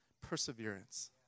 perseverance